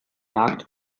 jagd